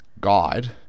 god